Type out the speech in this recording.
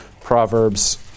proverbs